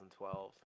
2012